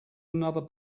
another